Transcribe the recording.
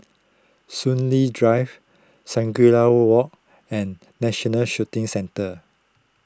Soon Lee Drive Shangri La Walk and National Shooting Centre